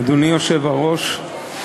אדוני היושב-ראש,